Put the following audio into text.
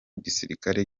gisirikare